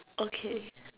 okay